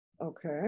Okay